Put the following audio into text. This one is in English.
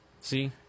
See